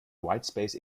whitespace